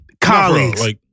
Colleagues